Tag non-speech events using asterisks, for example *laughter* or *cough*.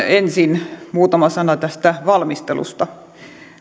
*unintelligible* ensin muutama sana tästä valmistelusta